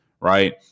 Right